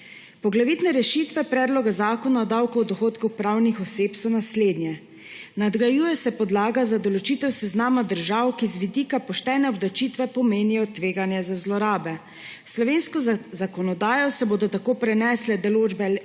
Poglavitne rešitve predloga Zakona o davku od dohodkov pravnih oseb so naslednje. Nadgrajuje se podlaga za določitev seznama držav, ki z vidika poštene obdavčitve pomenijo tveganje za zlorabe. S slovensko zakonodajo se bodo tako prenesle določbe